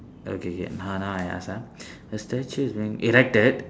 okay K now now I ask ah a statue is being erected